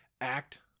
act